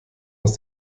aus